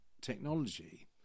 technology